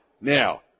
Now